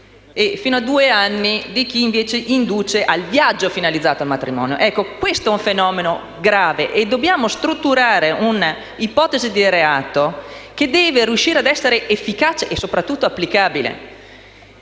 fino a due anni per chi induce al viaggio finalizzato al matrimonio. Quest'ultimo è un fenomeno grave e dobbiamo strutturare un'ipotesi di reato che deve risultare efficace e, soprattutto, applicabile.